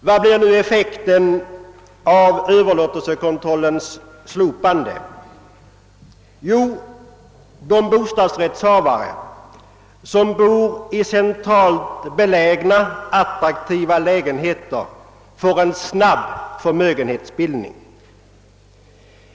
Vad blir nu effekten av överlåtelsekontrollens slopande? Jo, de bostadsrättshavare som bor i ceniralt belägna och attraktiva lägenheter får en snabb förmögenhetsbildning.